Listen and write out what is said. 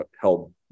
held